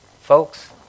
Folks